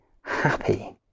happy